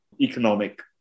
economic